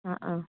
ആ ആ